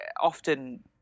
often